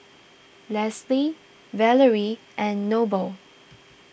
Leslee Valerie and Noble